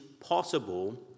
possible